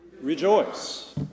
Rejoice